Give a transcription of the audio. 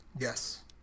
yes